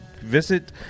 visit